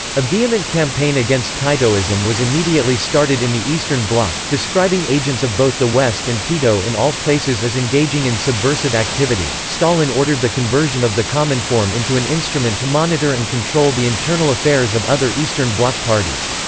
a vehement campaign against titoism was immediately started in the eastern bloc, describing agents of both the west and tito in all places as engaging in subversive activity stalin ordered the conversion of the cominform into an instrument to monitor and control the internal affairs of other eastern bloc parties.